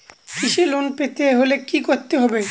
কৃষি লোন পেতে হলে কি করতে হবে?